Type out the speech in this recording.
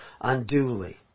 unduly